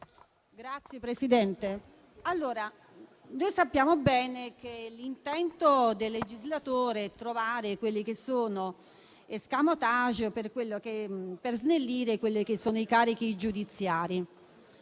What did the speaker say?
Signor Presidente, noi sappiamo bene che l'intento del legislatore è trovare quelli che sono *escamotage* per snellire i carichi giudiziari.